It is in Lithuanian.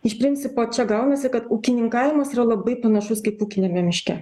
iš principo čia gaunasi kad ūkininkavimas yra labai panašus kaip ūkiniame miške